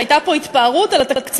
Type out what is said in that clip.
שהייתה פה התפארות על התקציבים.